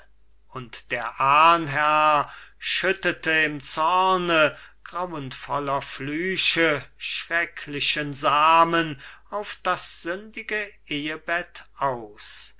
und der ahnherr schüttete im zorne grauenvoller flüche schrecklichen samen auf das sündige ehebett aus